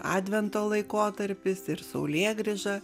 advento laikotarpis ir saulėgrįža